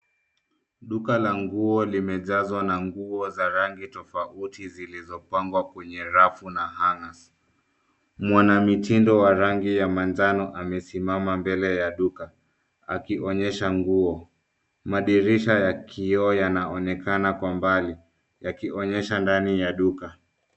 Duka la nguo limejazwa na nguo za rangi tofauti zilizopangwa kwenye rafu na hangers . Mwanamitindo wa rangi ya manjano amesimama mbele ya duka, akionyesha nguo. Madirisha ya kioo yanaonekana kwa mbali, yakionyesha ndani ya duka.